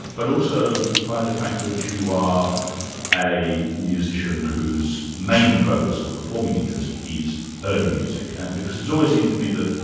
but also by the fact that you are a musician whose main focus of performing interest is early music. and because it's always seemed to me that,